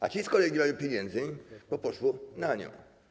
A ci z kolei nie mają pieniędzy, bo poszło na nią.